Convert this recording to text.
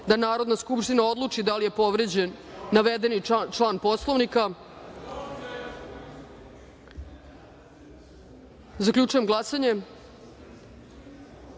da Narodna skupština odluči da li je povređen navedeni član Poslovnika. Zaključujem glasanje: